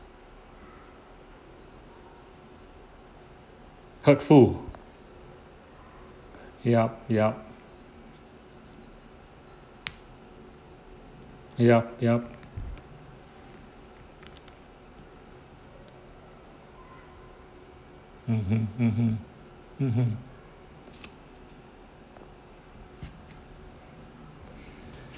hurtful yup yup yup yup mmhmm mmhmm mmhmm